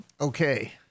Okay